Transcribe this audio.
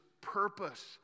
purpose